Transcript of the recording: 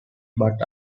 but